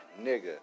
nigga